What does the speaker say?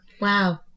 Wow